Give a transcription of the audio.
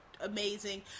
amazing